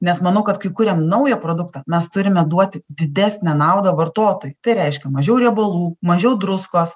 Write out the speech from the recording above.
nes manau kad kai kuriam naują produktą mes turime duoti didesnę naudą vartotojui tai reiškia mažiau riebalų mažiau druskos